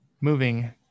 moving